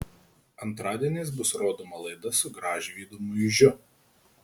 antradieniais bus rodoma laida su gražvydu muižiu